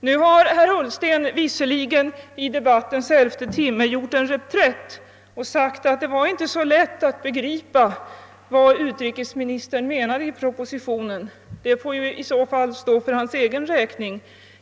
Nu har herr Ullsten visserligen i debattens elfte timme gjort en reträtt och sagt att det inte var så lätt att begripa vad utrikesministern menade i propositionen. Det får i så fall stå för hans egen räkning.